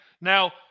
Now